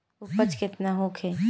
उपज केतना होखे?